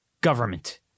government